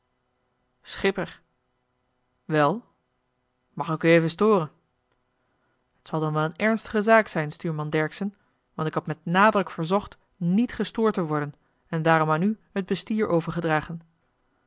schipper wel mag ik u even storen t zal dan wel een ernstige zaak zijn stuurman dercksen want ik had met nadruk verzocht niet gestoord te worden en daarom aan u het bestier overgedragen